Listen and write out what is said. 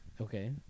Okay